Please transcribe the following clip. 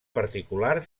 particular